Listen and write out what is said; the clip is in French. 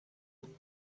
haut